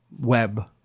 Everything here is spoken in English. web